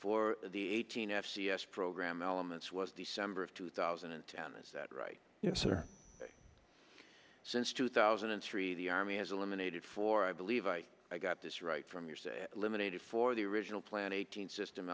for the eighteen f c s program elements was december of two thousand and sound is that right yes or no since two thousand and three the army has eliminated four i believe i got this right from your limited for the original plan eighteen system